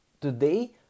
today